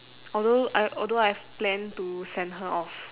although I although I've planned to send her off